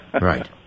Right